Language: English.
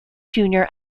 junior